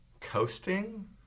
coasting